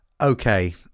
Okay